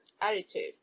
attitude